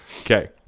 okay